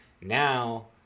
now